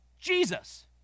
Jesus